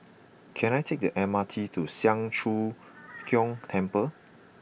can I take the M R T to Siang Cho Keong Temple